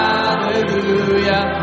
Hallelujah